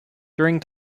during